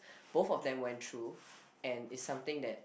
both of them went through and it's something that